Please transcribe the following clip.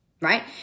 Right